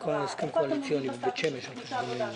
איפה אתם עומדים בסטטוס של תוכנית העבודה שלכם,